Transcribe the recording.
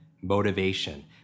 motivation